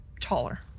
taller